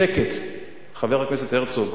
חבר הכנסת הרצוג,